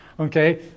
Okay